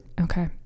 Okay